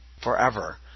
forever